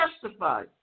testify